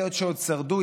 אלה שעוד שרדו,